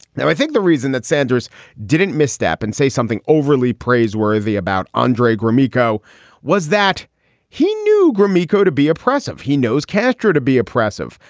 now, i think the reason that sanders didn't misstep and say something overly praiseworthy about andre gromyko was that he knew gromyko to be oppressive. he knows castro to be oppressive.